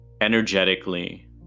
energetically